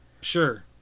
sure